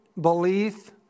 belief